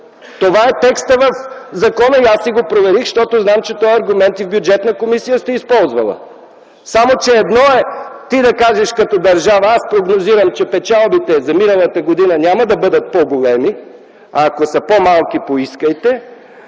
Това е текстът в закона и аз го проверих, защото знам, че този аргумент сте използвала и в Бюджетната комисия. Само че едно е ти да кажеш като държава: „аз прогнозирам, че печалбите за миналата година няма да бъдат по-големи, а ако са по-малки, поискайте”,